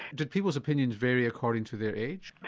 did people's opinion vary according to their age?